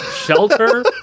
shelter